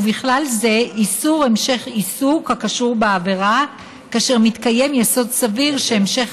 ובכלל זה איסור המשך עיסוק הקשור בעבירה כאשר מתקיים יסוד סביר שהמשך